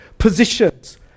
Positions